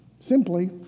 Simply